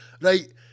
right